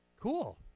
Cool